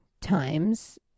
times